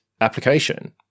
application